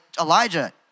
Elijah